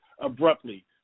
abruptly